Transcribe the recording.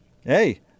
Hey